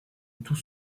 tout